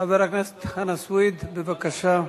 חבר הכנסת חנא סוייד, בבקשה.